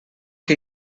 que